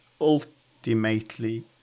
ultimately